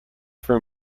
for